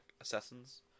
assassins